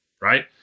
right